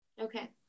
Okay